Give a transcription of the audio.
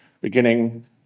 beginning